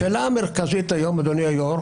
השאלה המרכזית היום, אדוני היושב-ראש